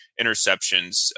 interceptions